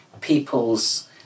people's